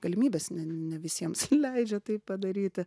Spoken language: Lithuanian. galimybės ne ne visiems leidžia tai padaryti